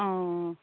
অঁ